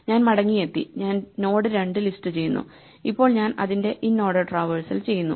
ഞാൻ മടങ്ങിയെത്തി ഞാൻ നോഡ് രണ്ട് ലിസ്റ്റ് ചെയ്യുന്നു ഇപ്പോൾ ഞാൻ അതിൻറെ ഇൻഓർഡർ ട്രാവേഴ്സൽ ചെയ്യുന്നു